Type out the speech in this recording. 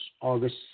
August